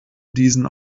diesen